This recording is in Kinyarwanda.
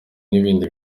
n’ibindi